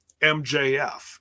MJF